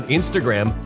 Instagram